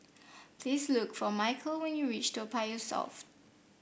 please look for Micheal when you reach Toa Payoh South